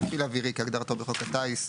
מפעיל אווירי כהגדרתו בחוק הטיס,